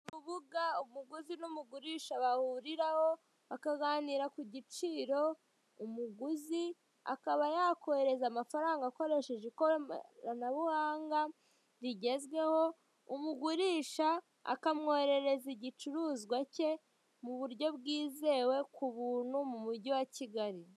Urubuga umuguzi n'umugurisha bahuriraho, bakaganira ku giciro, umuguzi akaba yakohereza amafaranga akoreshaje ikoranabuhanga rigezwaho, umugurisha akamwoherereza igicuruzwa ke, mu buryo bwizewe, ku buntu, mu mugi wa Kigali.